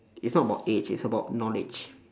it's not about age it's about knowledge